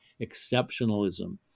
exceptionalism